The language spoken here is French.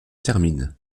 termine